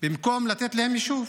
במקום לתת להם יישוב.